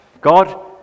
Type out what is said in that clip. God